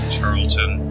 Charlton